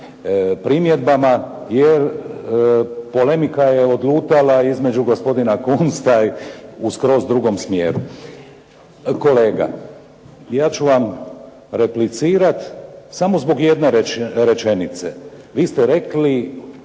primjedbama, jer polemika je odlutala između gospodina Kunsta u skroz drugom smjeru. Kolega, ja ću vam replicirati samo zbog jedne rečenice. Vi ste rekli